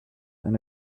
and